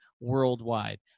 worldwide